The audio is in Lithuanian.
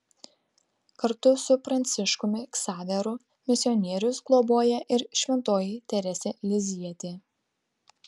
kartu su pranciškumi ksaveru misionierius globoja ir šventoji teresė lizjietė